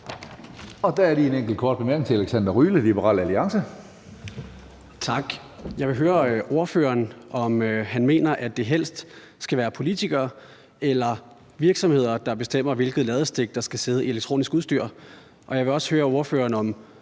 er lige en enkelt kort bemærkning til Alexander Ryle, Liberal Alliance. Kl. 13:57 Alexander Ryle (LA): Tak. Jeg vil høre ordføreren, om han mener, at det hellere skal være politikere end virksomheder, der bestemmer, hvilket ladestik der skal sidde i elektronisk udstyr, og jeg vil også høre ordføreren om,